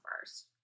first